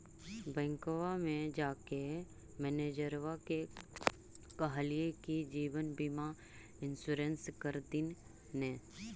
बैंकवा मे जाके मैनेजरवा के कहलिऐ कि जिवनबिमा इंश्योरेंस कर दिन ने?